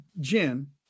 Jen